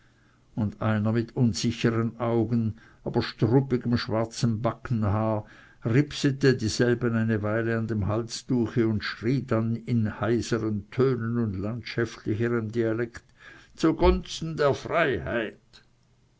und einer mit unsicheren augen aber struppigem schwarzem backenbart ripsete denselben eine weile an dem halstuche und schrie dann in heisern tönen und landschäftlerischem dialekt zu gunsten der freiheit